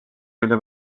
külje